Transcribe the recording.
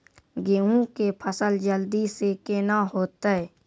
गेहूँ के फसल जल्दी से के ना होते?